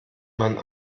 man